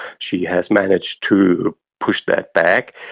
she has managed to push that back.